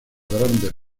grandes